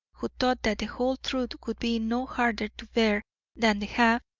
who thought that the whole truth would be no harder to bear than the half,